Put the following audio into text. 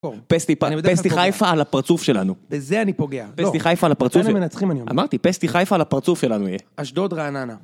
פסטי חיפה על הפרצוף שלנו. בזה אני פוגע. פסטי חיפה על הפרצוף שלנו. איזה מנצחים אני אומר. אמרתי, פסטי חיפה על הפרצוף שלנו יהיה. אשדוד רעננה.